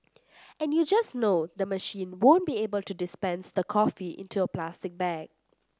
and you just know the machine won't be able to dispense the coffee into a plastic bag